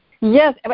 Yes